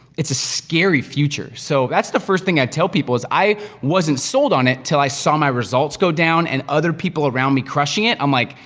it's a scary future. so, that's the first thing i tell people, is i wasn't sold on it till i saw my results go down, and other people around me crushing it. i'm like,